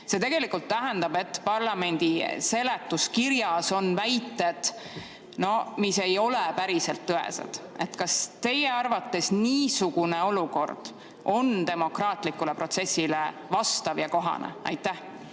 See tegelikult tähendab, et parlamendi seletuskirjas on väited, mis ei ole päriselt tõesed. Kas teie arvates niisugune olukord on demokraatlikule protsessile vastav ja kohane? Aitäh!